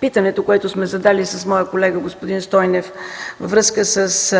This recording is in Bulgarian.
питането, което сме задали с моя колега господин Стойнев във връзка със